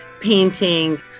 painting